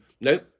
nope